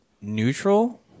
neutral